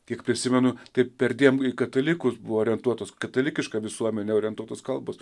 kiek prisimenu taip perdėm katalikus buvo orientuotos katalikišką visuomenę orientuotos kalbos